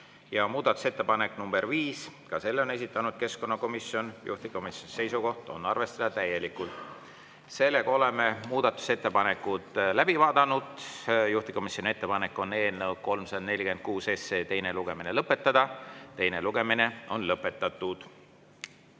Muudatusettepanek nr 5, ka selle on esitanud keskkonnakomisjon, juhtivkomisjoni seisukoht on arvestada täielikult. Oleme muudatusettepanekud läbi vaadanud. Juhtivkomisjoni ettepanek on eelnõu 346 teine lugemine lõpetada. Teine lugemine on lõpetatud.